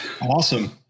awesome